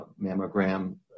mammogram